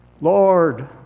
Lord